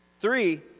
Three